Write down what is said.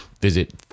visit